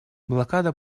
блокада